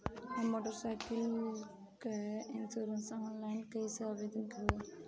हमार motor cycle के insurance online कईसे आवेदन होई?